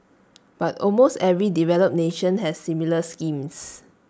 but almost every developed nation has similar schemes